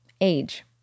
Age